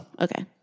Okay